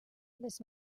les